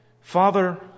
Father